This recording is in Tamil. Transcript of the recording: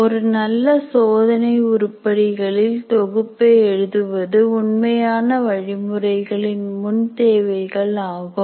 ஒரு நல்ல சோதனை உருப்படிகளில் தொகுப்பை எழுதுவது உண்மையான வழிமுறைகளின் முன் தேவைகள் ஆகும்